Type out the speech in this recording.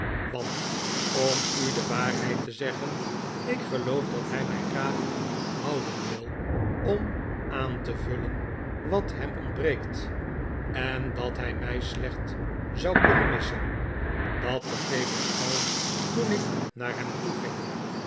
want om u de waarheid te zeggen ik geloof dat hij mij graag houden wil om aan te vullen wat hem ontbreekt en dat hij mij slecht zou kunnen missen dat begreep ik al toen ik naar hem toeging